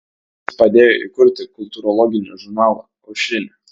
jis padėjo įkurti kultūrologinį žurnalą aušrinė